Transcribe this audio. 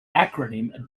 acronym